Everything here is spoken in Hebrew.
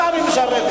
אותם היא משרתת.